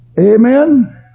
amen